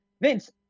Vince